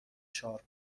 چهار